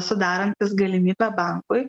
sudarantis galimybę bankui